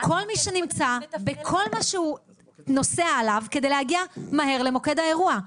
כל מי שנמצא בכל מה שהוא נוסע עליו כדי להגיע מהר למוקד האירוע.